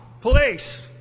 police